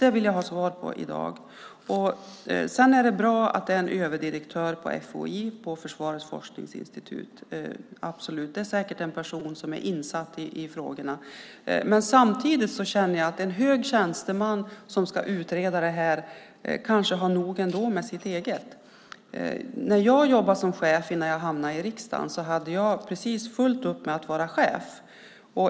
Det vill jag ha svar på i dag. Det är bra att det är en överdirektör på FOI, Försvarets forskningsinstitut. Absolut. Det är säkert en person som är insatt i frågorna. Samtidigt känner jag att en hög tjänsteman som ska utreda det här kanske har nog ändå med sitt eget. När jag jobbade som chef innan jag hamnade i riksdagen hade jag fullt upp med att vara chef.